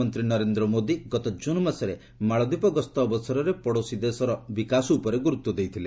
ପ୍ରଧାନମନ୍ତ୍ରୀ ନରେନ୍ଦ୍ର ମୋଦି ଗତ ଜୁନ ମାସରେ ମାଳଦ୍ୱୀପ ଗସ୍ତ ଅବସରରେ ପଡୋଶୀ ଦେଶରେ ବିକାଶ ଉପରେ ଗୁରୁତ୍ୱ ଦେଇଥିଲେ